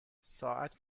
ساعت